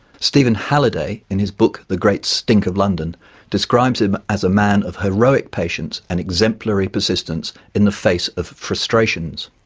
stephen halliday in his book the great stink of london describes him as a man of heroic patience and exemplary persistence in the face of frustrations.